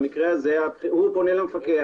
במקרה הזה הוא פונה למפקח.